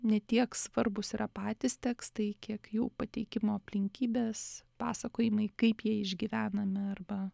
ne tiek svarbūs yra patys tekstai kiek jų pateikimo aplinkybės pasakojimai kaip jie išgyvenami arba